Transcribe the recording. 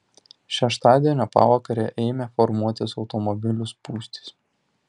šeštadienio pavakarę ėmė formuotis automobilių spūstys